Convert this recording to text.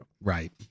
Right